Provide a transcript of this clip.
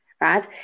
right